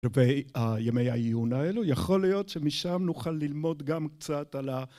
ימי העיון האלו יכול להיות שמשם נוכל ללמוד גם קצת על ה...